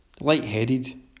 light-headed